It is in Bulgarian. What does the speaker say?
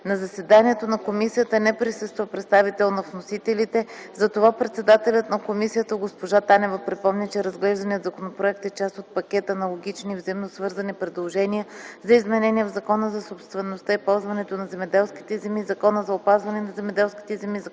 На заседанието на комисията не присъства представител на вносителите, затова председателят на комисията госпожа Танева припомни, че разглежданият законопроект е част от пакет аналогични и взаимно свързани предложения за изменения в Закона за собствеността и ползуването на земеделските земи, Закона за опазване на земеделските земи,